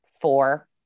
four